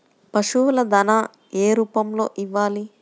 పశువుల దాణా ఏ రూపంలో ఇవ్వాలి?